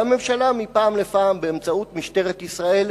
והממשלה, מפעם לפעם, באמצעות משטרת ישראל,